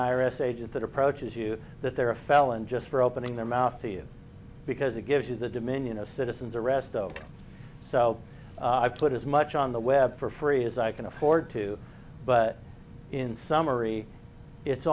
r s agent that approaches you that they're a felon just for opening their mouth to you because it gives you the dominion a citizen's arrest ok so i've put as much on the web for free as i can afford to but in summary it's